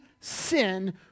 sin